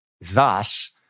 Thus